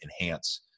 enhance